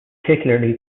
particularly